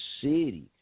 city